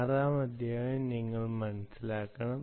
6 ാം അധ്യായം നിങ്ങൾ മനസിലാക്കണം